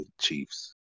Chiefs